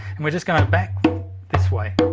and we're just going back this way,